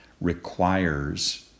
requires